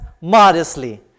modestly